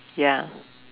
ya